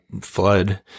Flood